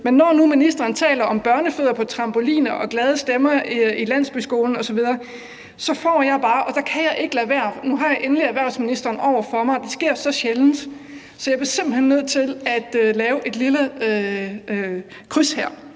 Men når nu ministeren taler om børnefødder på trampoliner og glade stemmer i landsbyskolen osv., så bliver jeg her – og der kan jeg ikke lade være, nu har jeg endelig erhvervsministeren over for mig, og det sker så sjældent – simpelt hen bare nødt til at lave et lille kryds.